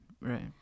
Right